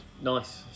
Nice